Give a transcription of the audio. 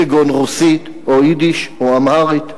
כגון רוסית או יידיש או אמהרית.